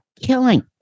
killing